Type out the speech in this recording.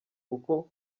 kuko